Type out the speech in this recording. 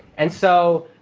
and so